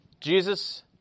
Jesus